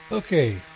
Okay